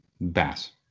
Bass